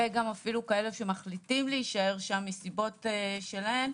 ואפילו כאלה שמחליטים להישאר שם מסיבות שלהם,